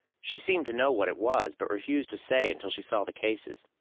she seemed to know what it was, but refused to say until she saw the cases.